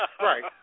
Right